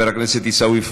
עיסאווי פריג'